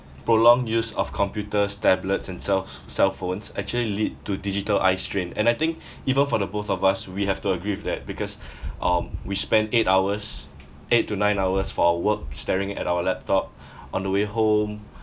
prolonged use of computers tablets and cellph~ cellphones actually lead to digital eye strain and I think even for the both of us we have to agree with that because um we spent eight hours eight to nine hours for our work staring at our laptop on the way home